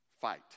Fight